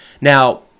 Now